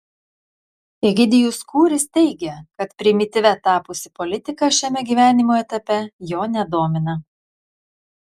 egidijus kūris teigia kad primityvia tapusi politika šiame gyvenimo etape jo nedomina